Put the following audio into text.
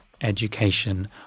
education